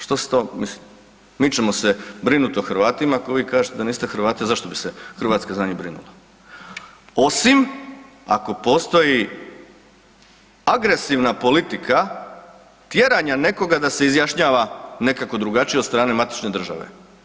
Što se to mislim, mi ćemo se brinut o Hrvatima ako vi kažete da niste Hrvati zašto bi se Hrvatska za njih brinula osim ako postoji agresivna politika tjeranja nekoga da se izjašnjava nekako drugačije od strane matične države.